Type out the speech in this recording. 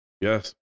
yes